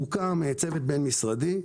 הוקם צוות בין-משרדי,